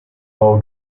low